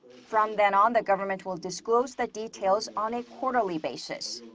from then on, the government will disclose the details on a quarterly basis.